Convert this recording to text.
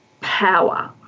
power